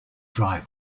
dry